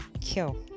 kill